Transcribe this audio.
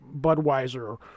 Budweiser